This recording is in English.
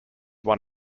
won